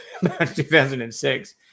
2006